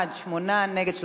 שמונה בעד, 35 נגד.